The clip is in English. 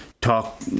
Talk